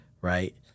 Right